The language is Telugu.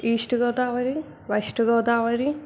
east Godavari west Godavari